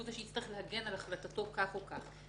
הוא זה שיצטרך להגן על החלטתו כך או כך.